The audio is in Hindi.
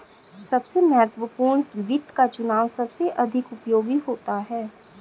सबसे महत्वपूर्ण वित्त का चुनाव सबसे अधिक उपयोगी होता है